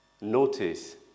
notice